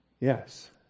Yes